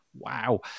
Wow